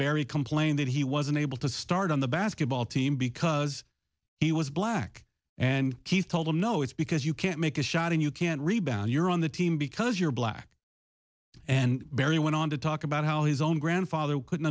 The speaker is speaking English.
barry complained that he was unable to start on the basketball team because he was black and keith told him no it's because you can't make a shot and you can't rebound you're on the team because you're black and barry went on to talk about how his own grandfather couldn't